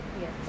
Yes